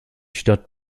stadt